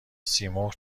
سیمرغ